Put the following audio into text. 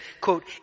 quote